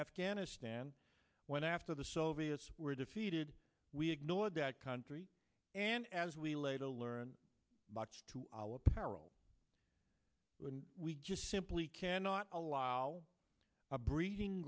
afghanistan when after the soviets were defeated we ignored that country and as we later learned much to our peril when we just simply cannot allow a breeding